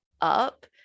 up